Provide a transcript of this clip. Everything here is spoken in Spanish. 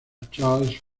charles